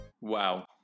Wow